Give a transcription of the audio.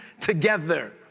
together